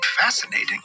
fascinating